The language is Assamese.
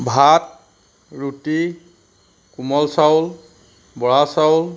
ভাত ৰুটি কোমল চাউল বৰা চাউল